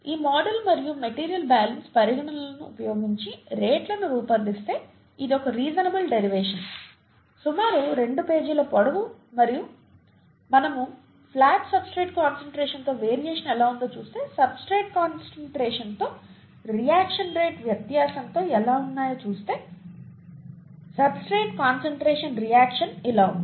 ఈ మోడల్ మరియు material balance పరిగణనలను ఉపయోగించి రేట్లను రూపొందిస్తే ఇది ఒక రీసనబుల్ డెరివేషన్ సుమారు రెండు పేజీల పొడవు మరియు మనము ప్లాట్ సబ్స్ట్రేట్ కాన్సంట్రేషన్ తో వెరియేషన్ ఎలా ఉందో చూస్తే సబ్స్ట్రేట్ కాన్సంట్రేషన్ తో రియాక్షన్ రేట్ వ్యత్యాసంతో ఎలా ఉన్నాయో చూస్తే సబ్స్ట్రేట్ కాన్సంట్రేషన్ రియాక్షన్ ఇలా ఉంటుంది